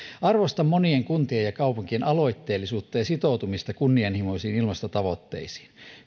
arvostan monien kuntien ja kaupunkien aloitteellisuutta ja sitoutumista kunnianhimoisiin ilmastotavoitteisiin